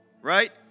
right